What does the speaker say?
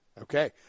Okay